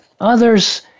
others